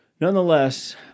nonetheless